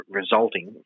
resulting